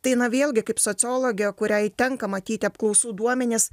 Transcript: tai na vėlgi kaip sociologė kuriai tenka matyti apklausų duomenis